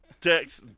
text